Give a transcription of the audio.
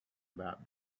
about